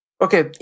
Okay